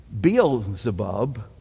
Beelzebub